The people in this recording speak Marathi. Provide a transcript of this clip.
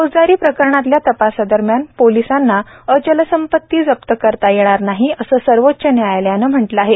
फौजदारी प्रकरणातल्या तपासादरम्यान पोलिसांना अचलसंपती जप्त करता येणार नाही असं सर्वोच्च न्यायालयानं म्हटलं आहे